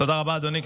תודה רבה, אדוני.